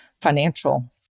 financial